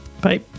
Bye